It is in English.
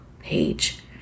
page